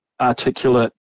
articulate